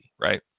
right